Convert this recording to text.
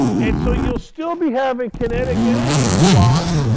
and so you'll still be having kinetic energy swap,